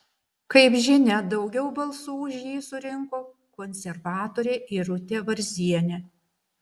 kaip žinia daugiau balsų už jį surinko konservatorė irutė varzienė